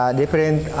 different